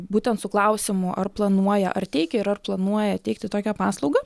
būtent su klausimu ar planuoja ar teikia ir ar planuoja teikti tokią paslaugą